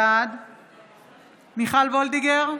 בעד מיכל וולדיגר,